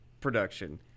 production